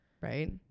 right